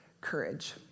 courage